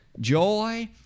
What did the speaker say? joy